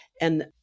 And-